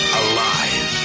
alive